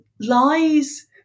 lies